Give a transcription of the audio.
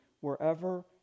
wherever